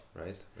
right